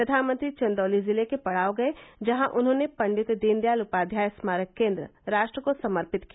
प्रधानमंत्री चंदौली जिले के पड़ाव गये जहां उन्होंने पंडित दीनदयाल उपाध्याय स्मारक केन्द्र राष्ट्र को समर्पित किया